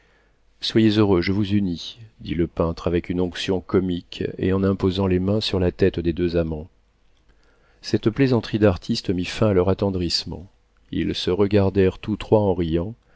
soyez heureux je vous unis dit le peintre avec une onction comique et en imposant les mains sur la tête des deux amants cette plaisanterie d'artiste mit fin à leur attendrissement ils se regardèrent tous trois en riant